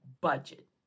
budget